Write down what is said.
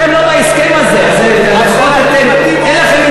אתם לא בהסכם הזה, אז אנחנו מטים אוזן.